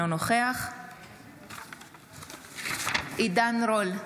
אינו נוכח עידן רול,